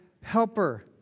helper